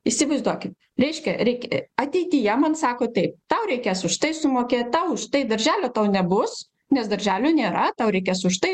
įsivaizduokit reiškia reik ateityje man sako taip tau reikės už tai sumokėt tau už tai darželio tau nebus nes darželių nėra tau reikės užtai